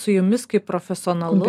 su jumis kaip profesionalu